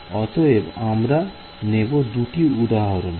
অতএব আমরা নেব দুটো উদাহরণ